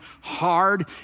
hard